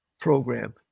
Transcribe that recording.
program